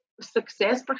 success